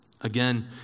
Again